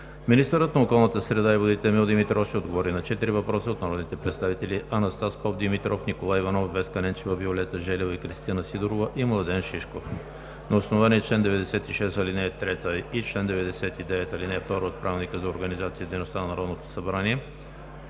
Министърът на околната среда и водите Емил Димитров ще отговори на четири въпроса от народните представители Анастас Попдимитров; Николай Иванов; Веска Ненчева, Виолета Желева и Кристина Сидорова; и Младен Шишков. На основание чл. 96, ал. 3 и чл. 99, ал. 2 от Правилника за организацията и дейността на Народното събрание